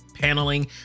paneling